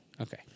Okay